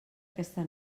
aquesta